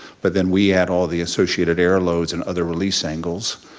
but then we add all the associated air loads and other release angles,